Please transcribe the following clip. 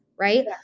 right